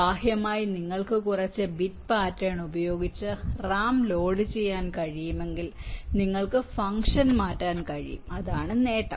ബാഹ്യമായി നിങ്ങൾക്ക് കുറച്ച് ബിറ്റ് പാറ്റേൺ ഉപയോഗിച്ച് റാം ലോഡുചെയ്യാൻ കഴിയുമെങ്കിൽ നിങ്ങൾക്ക് ഫംഗ്ഷൻ മാറ്റാൻ കഴിയും അതാണ് നേട്ടം